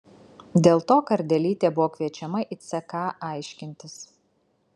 dėl to kardelytė buvo kviečiama į ck aiškintis